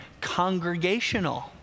congregational